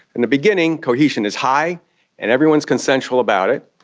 in the beginning, cohesion is high and everyone is consensual about it.